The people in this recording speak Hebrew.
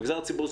המגזר הציבורי,